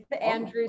Andrew